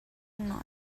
not